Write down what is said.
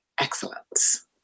Excellence